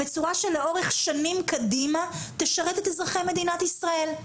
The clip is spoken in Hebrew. בצורה שלאורך שנים קדימה תשרת את אזרחי מדינת ישראל.